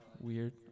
weird